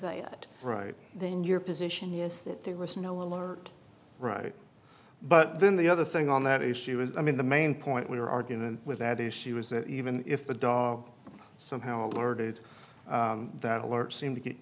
it right then your position is that there was no alert right but then the other thing on that issue is i mean the main point we're arguing with that issue is that even if the dog somehow alerted that alert seem to get